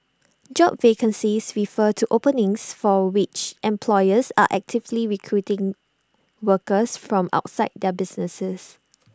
job vacancies refer to openings for which employers are actively recruiting workers from outside their businesses